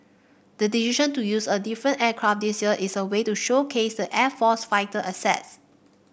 the decision to use a different aircraft this year is a way to showcase the air force fighter assets